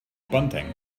bunting